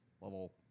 level